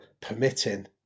permitting